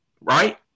right